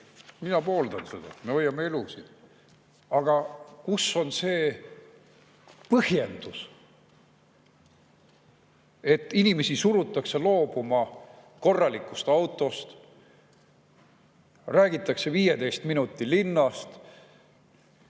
Mina pooldan seda, me hoiame nii elusid. Aga kus on põhjendus, miks inimesi surutakse loobuma korralikust autost ja räägitakse 15 minuti linnast?